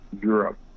Europe